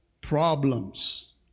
problems